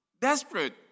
desperate